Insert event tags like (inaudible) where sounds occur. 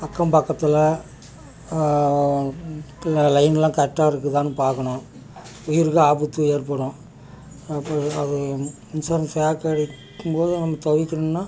அக்கம்பக்கத்தில் லைன்லாம் கரெக்டாக இருக்குதானு பார்க்கணும் உயிருக்கு ஆபத்து ஏற்படும் (unintelligible) அது மின்சாரம் ஷாக்கடிக்கும் போது நம்ம தவிர்க்கணும்னா